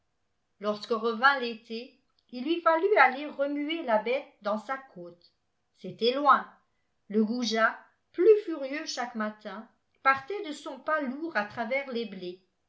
lorsque revint l'été il lui flillut aller remuer la bête dans sa côte c'était loin le goujat plus furieux chaque matin partait de son pas lourd à travers les blés